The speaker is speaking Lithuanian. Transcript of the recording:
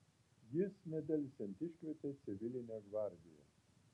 jis nedelsiant iškvietė civilinę gvardiją